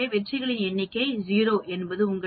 எனவே வெற்றிகளின் எண்ணிக்கை 0 என்பது உங்களுக்கு 0